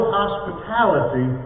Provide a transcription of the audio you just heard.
hospitality